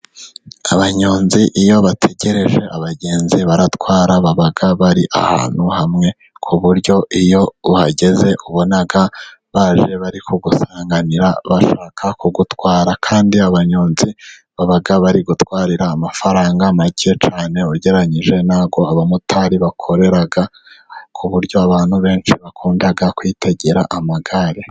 Abanyonzi iyo bategereje abagenzi batwara, baba bari ahantu hamwe ku buryo iyo uhageze ubona baje bari kugusanganira bashaka kugutwara, kandi abanyonzi babaga bari gutwarira amafaranga make cyane ugereranyije n'abamotari bakoreraga ku buryo abantu benshi bakunda kwitegera amagare.